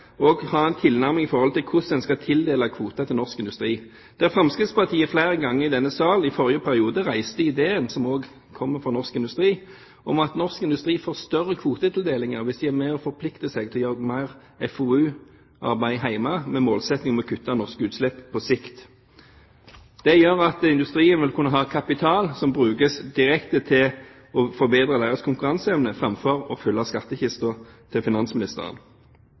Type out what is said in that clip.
og ha en tilnærming i forhold til hvordan en skal tildele kvoter til norsk industri. Fremskrittspartiet reiste flere ganger i denne sal i forrige periode ideen – som også kommer fra norsk industri – om at norsk industri får større kvotetildelinger hvis de er med og forplikter seg til å gjøre mer FoU-arbeid hjemme, med en målsetting om å kutte norsk utslipp på sikt. Det gjør at industrien vil kunne ha kapital som brukes direkte til å forbedre deres konkurranseevne, fremfor å fylle skattekisten til finansministeren.